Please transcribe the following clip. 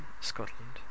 Scotland